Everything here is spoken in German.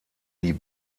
die